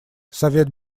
совет